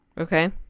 Okay